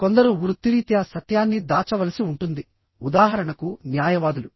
కొందరు వృత్తిరీత్యా సత్యాన్ని దాచవలసి ఉంటుందిఉదాహరణకు న్యాయవాదులు